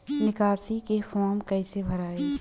निकासी के फार्म कईसे भराई?